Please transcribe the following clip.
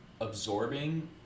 absorbing